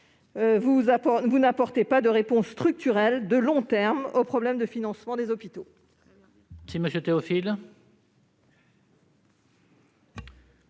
la ministre, de réponse structurelle de long terme au problème de financement des hôpitaux.